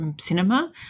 cinema